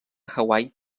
hawaii